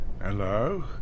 hello